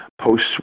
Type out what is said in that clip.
post